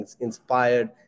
inspired